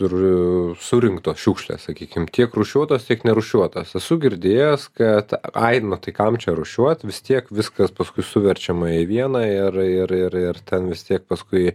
ir surinktos šiukšlės sakykim tiek rūšiuotos tiek nerūšiuotos esu girdėjęs kad ai nu tai kam čia rūšiuot vis tiek viskas paskui suverčiama į vieną ir ir ir ir ten vis tiek paskui